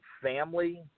family